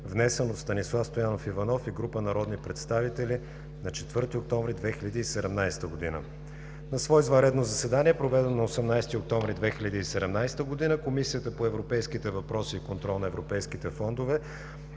внесен от Станислав Стоянов Иванов и група народни представители на 4 октомври 2017 г. На свое извънредно заседание, проведено на 18 октомври 2017 г., Комисията по европейските въпроси и контрол на европейските фондове